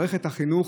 מערכת החינוך,